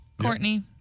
Courtney